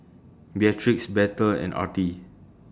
Beatrix Bethel and Artie